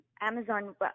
Amazon